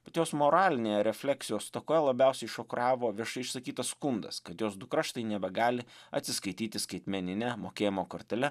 bet jos moralinė refleksijos stoka labiausiai šokiravo viešai išsakytas skundas kad jos dukra štai nebegali atsiskaityti skaitmenine mokėjimo kortele